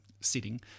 sitting